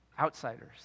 outsiders